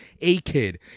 A-Kid